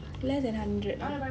less than hundred eh